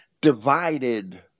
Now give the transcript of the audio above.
divided